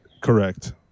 Correct